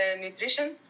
nutrition